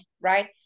right